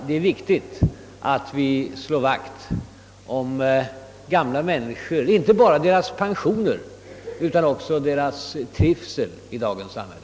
Det är viktigt att vi slår vakt om gamla människor — inte bara i fråga om deras pensioner utan också om deras trivsel i dagens samhälle.